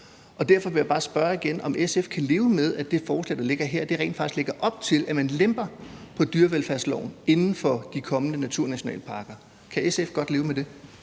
Derfor vil jeg bare spørge igen, om SF kan leve med, at det forslag, der ligger her, rent faktisk lægger op til, at man lemper på dyrevelfærdsloven inden for de kommende naturnationalparker. Kan SF godt leve med det?